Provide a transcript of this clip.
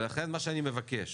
לכן מה שאני מבקש,